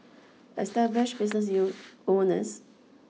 established business owners